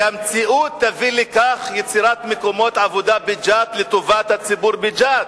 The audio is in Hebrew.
המציאות תביא ליצירת מקומות עבודה בג'ת לטובת הציבור בג'ת.